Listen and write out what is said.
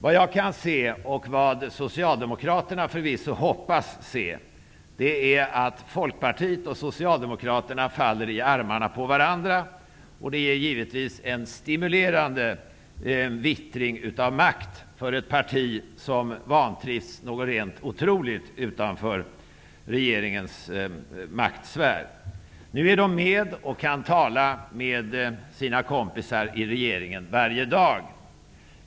Vad jag kan se, och vad Socialdemokraterna förvisso hoppas se, är att Folkpartiet och Socialdemokraterna faller i armarna på varandra. Det är givetvis en stimulerande vittring av makt för ett parti som vantrivs så otroligt utanför regeringens maktsfär. Nu är de med och kan tala med sina kompisar i regeringen varje dag.